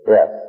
Yes